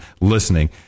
listening